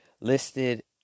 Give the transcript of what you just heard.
listed